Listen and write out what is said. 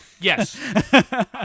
Yes